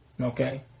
Okay